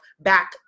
back